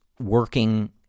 Working